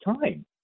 time